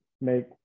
make